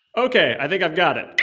ok. i think i've got it.